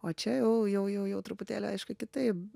o čia jau jau jau truputėlį aišku kitaip